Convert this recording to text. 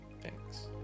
Thanks